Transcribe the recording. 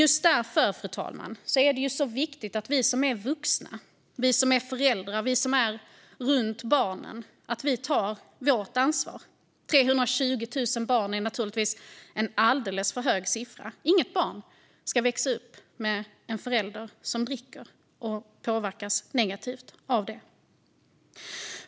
Just därför, fru talman, är det viktigt att vi som är vuxna, som är föräldrar och som finns runt barnen tar vårt ansvar. 320 000 barn är en alldeles för hög siffra. Inget barn ska växa upp med en förälder som dricker och påverkas negativt av det.